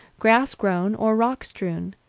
grass-grown or rock-strewn.